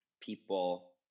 people